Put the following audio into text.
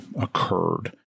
occurred